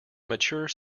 mature